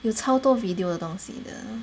有超多 video 的东西的